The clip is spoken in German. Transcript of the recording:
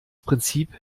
prinzip